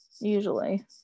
usually